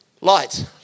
Light